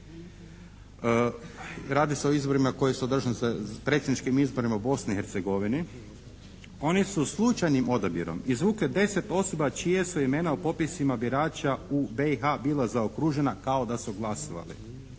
radi se o izvorima koji su održani, predsjedničkim izborima u Bosni i Hercegovini. Oni su slučajnim odabirom izvukli deset osoba čija su imena u popisima birača u BiH bila zaokružena kao da su glasovali.